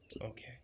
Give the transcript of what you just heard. okay